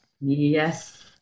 yes